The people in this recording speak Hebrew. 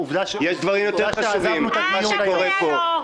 עובדה שעזבנו את הדיון --- אל תפריע לו.